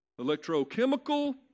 electrochemical